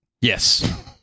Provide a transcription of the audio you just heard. Yes